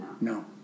no